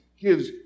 gives